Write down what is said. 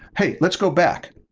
hey, let's go back.